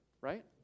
right